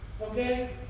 Okay